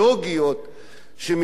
שמיוצגות בכנסת,